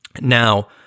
Now